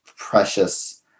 precious